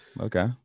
okay